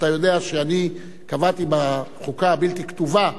אתה יודע שאני קבעתי בחוקה הבלתי כתובה,